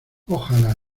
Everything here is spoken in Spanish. ojalá